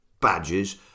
badges